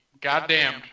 goddamned